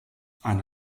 eine